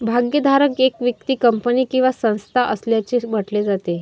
भागधारक एक व्यक्ती, कंपनी किंवा संस्था असल्याचे म्हटले जाते